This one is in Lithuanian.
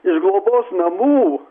iš globos namų